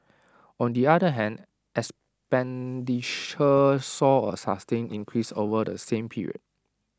on the other hand expenditure saw A sustained increase over the same period